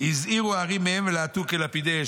הזריחו ההרים מהם ולהטו כלפידי אש".